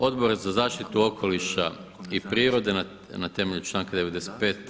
Odbor za zaštitu okoliša i prirode na temelju članka 95.